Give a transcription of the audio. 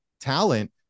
talent